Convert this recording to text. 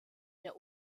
der